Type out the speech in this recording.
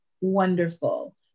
Wonderful